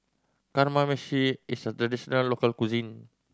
kamameshi is a traditional local cuisine